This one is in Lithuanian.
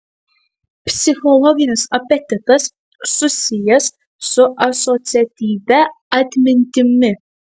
psichologinis apetitas susijęs su asociatyvia atmintimi